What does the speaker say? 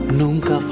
nunca